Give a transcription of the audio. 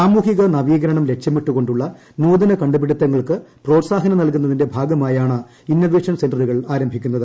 സാമൂഹിക നവീകരണം ലക്ഷ്യമിട്ടുകൊണ്ടുള്ള നൂതന കണ്ടുപിടുത്തങ്ങൾക്ക് പ്രോത്സാഹനം നൽകുന്നതിന്റെ ഭാഗമായാണ് ഇന്നൊവേഷൻ സെന്ററുകൾ ആരംഭിക്കുന്നത്